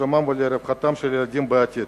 שלומם ורווחתם של ילדים בעתיד.